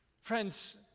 Friends